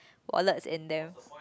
wallets in them